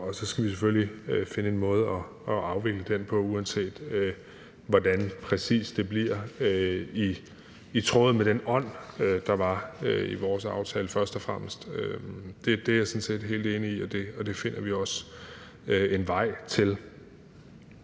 og så skal vi selvfølgelig finde en måde at afvikle den på, uanset hvordan præcis det bliver, og først og fremmest i tråd med den ånd, der var i vores aftale. Det er jeg sådan set helt enig i, og det finder vi også en vej til.